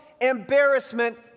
embarrassment